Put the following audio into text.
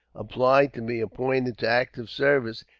applied to be appointed to active service,